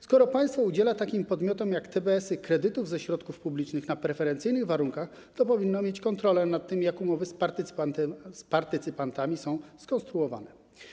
Skoro państwo udziela takim podmiotom jak TBS-y kredytów ze środków publicznych na preferencyjnych warunkach, to powinno mieć kontrolę nad tym, jak umowy z partycypantami są skonstruowane.